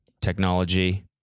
technology